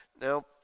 Now